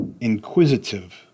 inquisitive